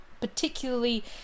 particularly